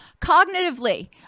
Cognitively